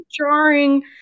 jarring